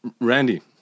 Randy